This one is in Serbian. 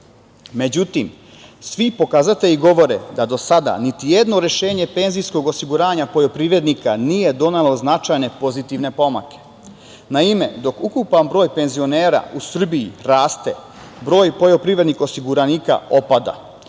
Međutim, svi pokazatelji govore da do sada niti jedno rešenje penzijskog osiguranja poljoprivrednika nije donelo značajne pozitivne pomake. Naime, dok ukupan broj penzionera u Srbiji raste, broj poljoprivrednih osiguranika opada.